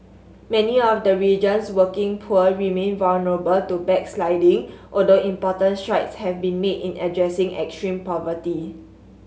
many of the region's working poor remain vulnerable to backsliding although important strides have been made in addressing extreme poverty